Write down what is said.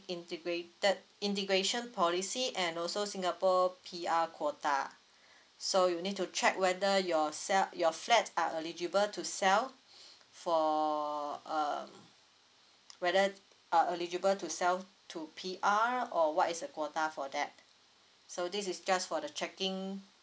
integrated integration policy and also singapore P_R quota so you'll need to check whether your sell your flat are eligible to sell for um whether uh eligible to sell to P_R or what it's a quota for that so this is just for the checking